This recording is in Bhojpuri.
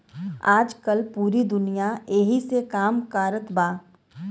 आजकल पूरी दुनिया ऐही से काम कारत बा